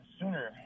sooner